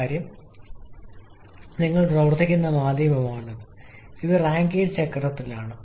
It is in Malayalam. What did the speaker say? കാരണം നിങ്ങൾ പ്രവർത്തിക്കുന്ന മാധ്യമമാണ് ഇത് റാങ്കൈൻ ചക്രത്തിലാണ്